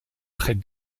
près